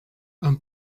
and